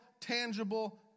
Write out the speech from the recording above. tangible